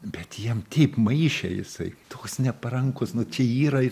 bet jiem taip maišė jisai toks neparankus nu čia yra